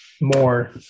more